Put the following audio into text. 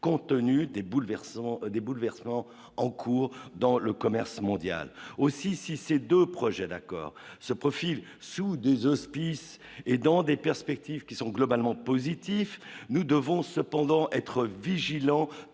bouleversements des bouleversements en cours dans le commerce mondial aussi si ces 2 projets d'accord se profile sous des auspices et dans des perspectives qui sont globalement positifs, nous devons cependant être tant